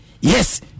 Yes